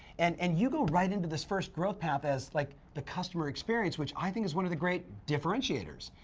and and you go right into this first growth path as, like the customer experience, which i think is one of the great differentiators.